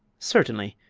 certainly.